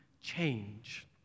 change